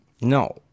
No